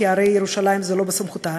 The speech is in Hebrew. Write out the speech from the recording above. כי הרי ירושלים היא לא בסמכותה,